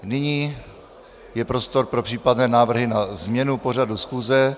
Nyní je prostor pro případné návrhy na změnu pořadu schůze.